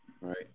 Right